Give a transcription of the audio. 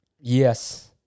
Yes